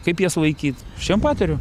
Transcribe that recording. kaip jas laikyt aš jiem patariu